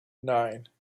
nine